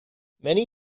many